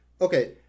Okay